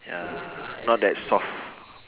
ya not that soft